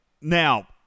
now